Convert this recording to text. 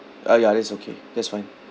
ah ya that's okay that's fine